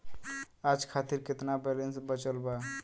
आज खातिर केतना बैलैंस बचल बा?